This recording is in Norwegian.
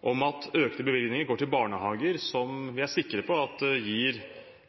om at økte bevilgninger går til barnehager som vi er sikre på gir